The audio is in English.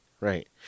Right